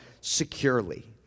securely